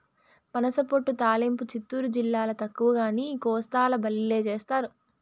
పనసపొట్టు తాలింపు చిత్తూరు జిల్లాల తక్కువగానీ, కోస్తాల బల్లే చేస్తారు